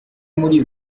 muri